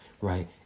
Right